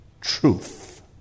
truth